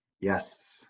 Yes